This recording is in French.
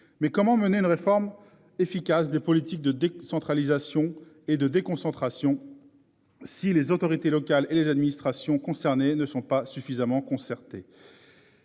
Mais comment mener une réforme efficace des politiques de décentralisation et de déconcentration. Si les autorités locales et les administrations concernées ne sont pas suffisamment concerté.